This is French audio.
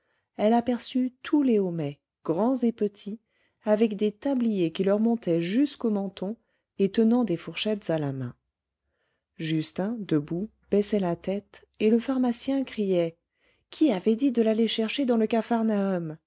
elle aperçut tous les homais grands et petits avec des tabliers qui leur montaient jusqu'au menton et tenant des fourchettes à la main justin debout baissait la tête et le pharmacien criait qui t'avait dit de l'aller chercher dans le